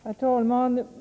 Herr talman!